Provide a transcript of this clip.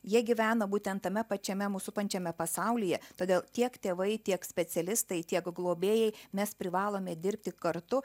jie gyvena būtent tame pačiame mus supančiame pasaulyje todėl tiek tėvai tiek specialistai tiek globėjai mes privalome dirbti kartu